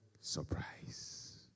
surprise